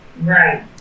Right